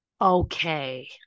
Okay